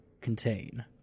contain